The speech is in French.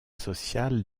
sociale